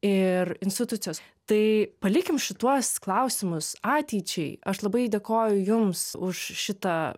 ir institucijos tai palikim šituos klausimus ateičiai aš labai dėkoju jums už šitą